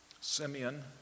Simeon